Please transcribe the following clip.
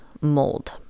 mold